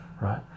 right